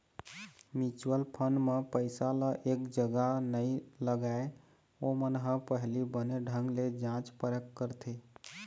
mutual fund म पइसा ल एक जगा नइ लगाय, ओमन ह पहिली बने ढंग ले जाँच परख करथे